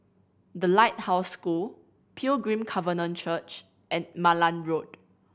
The Lighthouse School Pilgrim Covenant Church and Malan Road